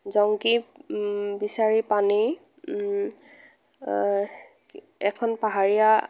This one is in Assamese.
জংকি বিচাৰি পানেই এখন পাহাৰীয়া